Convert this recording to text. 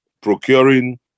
procuring